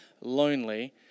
lonely